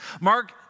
Mark